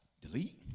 delete